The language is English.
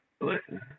listen